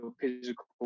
physical